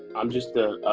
i'm just, a